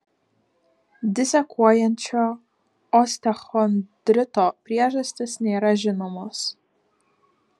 disekuojančio osteochondrito priežastys nėra žinomos